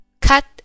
Cut